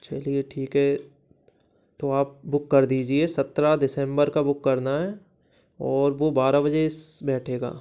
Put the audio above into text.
चलिए ठीक है तो आप बुक कर दीजिए सत्रह दिसम्बर का बुक करना है और वो बारह बजे स बैठेगा